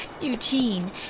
Eugene